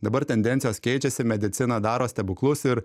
dabar tendencijos keičiasi medicina daro stebuklus ir